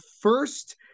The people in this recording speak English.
first